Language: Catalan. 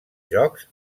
jocs